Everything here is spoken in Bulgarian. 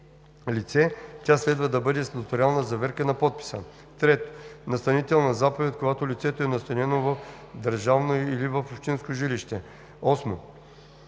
лице, тя следва да бъде с нотариална заверка на подписа; 3. настанителна заповед, когато лицето е настанено в държавно или в общинско жилище.“